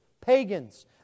pagans